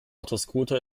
autoscooter